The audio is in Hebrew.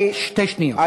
שתי שניות.